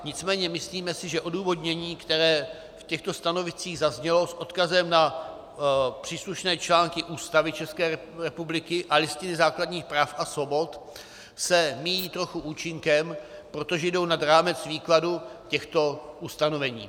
Nicméně si myslíme, že odůvodnění, které v těchto stanoviscích zaznělo s odkazem na příslušné články Ústavy České republiky a Listiny základních práv a svobod, se míjí trochu účinkem, protože jdou nad rámec výkladu těchto ustanovení.